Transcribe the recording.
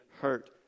hurt